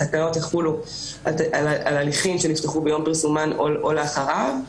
התקנות יחולו על הליכים שנפתחו ביום פרסומן או אחריו,